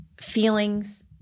feelings